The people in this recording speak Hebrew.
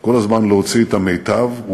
כל הזמן להוציא את המיטב,